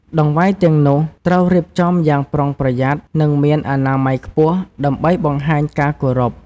តង្វាយទាំងនោះត្រូវរៀបចំយ៉ាងប្រុងប្រយ័ត្ន និងមានអនាម័យខ្ពស់ ដើម្បីបង្ហាញការគោរព។